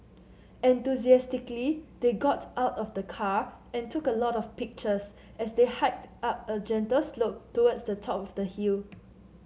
enthusiastically they got out of the car and took a lot of pictures as they hiked up a gentle slope towards the top of the hill